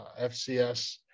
FCS